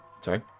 sorry